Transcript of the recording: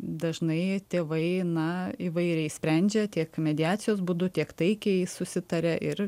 dažnai tėvai na įvairiai sprendžia tiek mediacijos būdu tiek taikiai susitaria ir